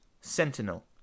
sentinel